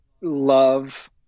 love